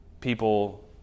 People